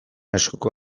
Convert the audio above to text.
eskuko